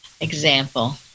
example